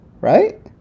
right